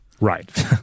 Right